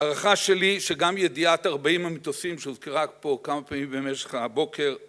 הערכה שלי, שגם ידיעת 40 המטוסים שהוזכרה פה כמה פעמים במשך הבוקר